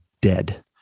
dead